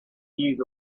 use